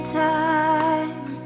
time